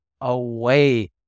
away